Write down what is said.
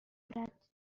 نفرت